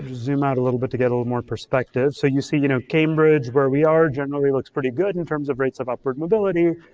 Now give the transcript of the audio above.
zoom out a little bit to get a little more perspective, so you see you know cambridge, where we are, generally looks pretty good in terms of rates of upward mobility.